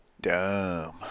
dumb